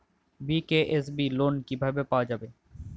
BKSB loan কিভাবে পাওয়া যাবে?